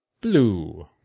Blue